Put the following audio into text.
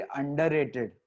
underrated